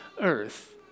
earth